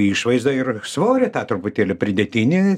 išvaizdą ir svorį tą truputėlį pridėtinį